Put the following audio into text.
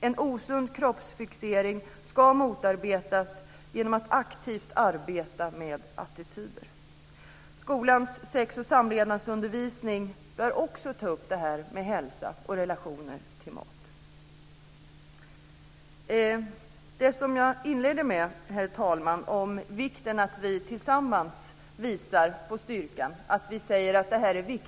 En osund kroppsfixering ska motarbetas genom att aktivt arbeta med attityder. Skolans sex och samlevnadsundervisning bör också ta upp hälsa och relationen till mat. Herr talman! Jag inledde med att framhålla vikten av att vi tillsammans visar på styrkan och säger att det här är viktigt.